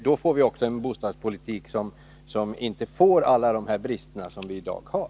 Då får vi också en bostadspolitik utan alla de brister som dagens politik har.